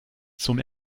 zum